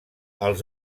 els